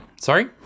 Sorry